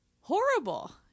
horrible